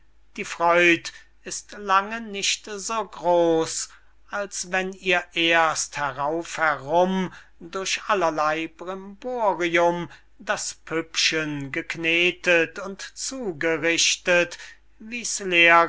die freud ist lange nicht so groß als wenn ihr erst herauf herum durch allerley brimborium das püppchen geknetet und zugericht't wie's